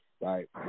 right